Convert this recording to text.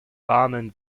warmen